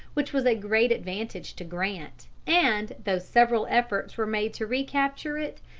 which was a great advantage to grant, and, though several efforts were made to recapture it,